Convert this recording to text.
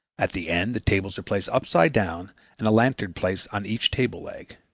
at the end the tables are placed upside down and a lantern placed on each table-leg.